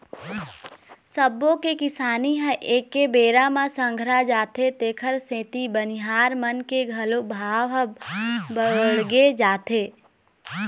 सब्बो के किसानी ह एके बेरा म संघरा जाथे तेखर सेती बनिहार मन के घलोक भाव ह बाड़गे जाथे